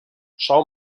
schau